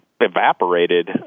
evaporated